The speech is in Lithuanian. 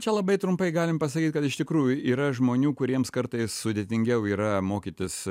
čia labai trumpai galim pasakyti kad iš tikrųjų yra žmonių kuriems kartais sudėtingiau yra mokytis